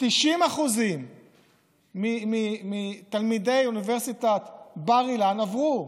90% מתלמידי אוניברסיטת בר אילן עברו,